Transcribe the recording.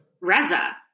reza